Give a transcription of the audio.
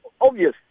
obvious